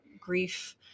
grief